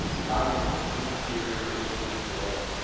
that one is interior with delay.